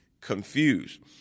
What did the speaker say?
confused